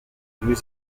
new